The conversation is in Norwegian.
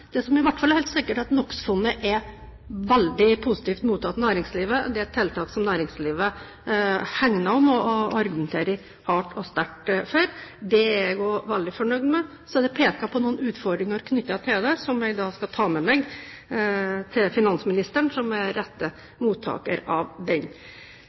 Det som i hvert fall er helt sikkert, er at NOx-fondet er veldig positivt mottatt av næringslivet. Det er et tiltak som næringslivet hegner om og argumenterer hardt og sterkt for. Det er jeg også veldig fornøyd med. Så er det pekt på noen utfordringer knyttet til det, som jeg skal ta med meg til finansministeren, som er rette mottaker av dem. Jeg takker igjen for debatten. Den